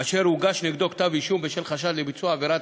אשר הוגש נגדו כתב-אישום בשל חשד לביצוע עבירת